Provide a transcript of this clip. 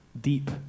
deep